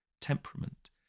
temperament